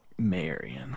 Marion